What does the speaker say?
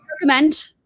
recommend